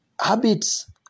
habits